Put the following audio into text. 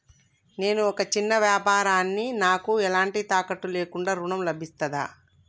నేను ఒక చిన్న వ్యాపారిని నాకు ఎలాంటి తాకట్టు లేకుండా ఋణం లభిస్తదా?